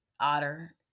Otter